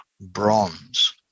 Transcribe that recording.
bronze